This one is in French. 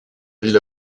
ville